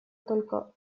только